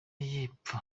y’epfo